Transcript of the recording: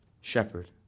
shepherd